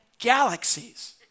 Galaxies